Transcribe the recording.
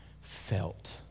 felt